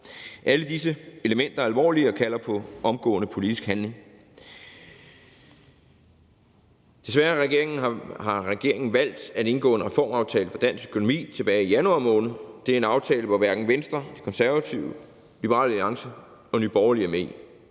Alle disse elementer er alvorlige og kalder på omgående politisk handling. Desværre har regeringen valgt at indgå en reformaftale for dansk økonomi tilbage i januar måned. Det er en aftale, som hverken Venstre, De Konservative, Liberal Alliance eller Nye Borgerlige er med i.